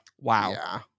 Wow